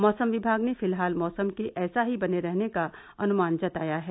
मौसम विभाग ने फिलहाल मौसम के ऐसा ही बना रहने का अनुमान जताया है